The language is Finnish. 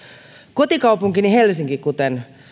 kotikaupunkini helsinki kuten